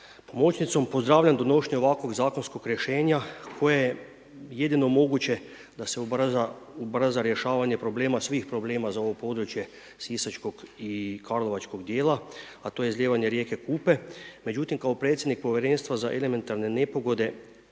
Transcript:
pomoćnicom. Pozdravljam donošenje ovakvog zakonskog rješenja koje je jedino moguće da se ubrza rješavanje problema, svih problema za ovo Sisačkog i Karlovačkog dijela a to je izlijevanje rijeke Kupe. Međutim, kao predsjednik Povjerenstva za elementarne nepogode,